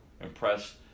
impressed